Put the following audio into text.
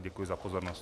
Děkuji za pozornost.